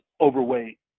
overweight